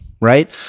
right